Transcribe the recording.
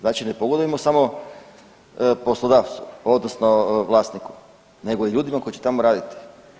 Znači ne pogodujemo samo poslodavcu, odnosno vlasniku, nego i ljudima koji će tamo raditi.